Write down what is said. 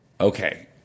okay